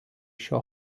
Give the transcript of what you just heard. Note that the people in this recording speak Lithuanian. šio